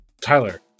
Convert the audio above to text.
Tyler